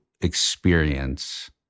experience